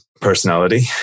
personality